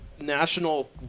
National